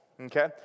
okay